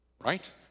right